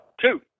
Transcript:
two